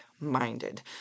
minded